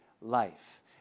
life